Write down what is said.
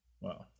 Wow